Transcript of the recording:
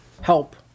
help